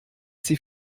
sie